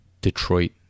Detroit